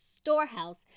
storehouse